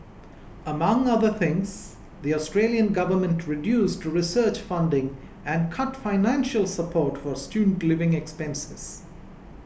among other things the Australian government reduced research funding and cut financial support for student living expenses